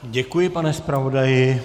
Děkuji, pane zpravodaji.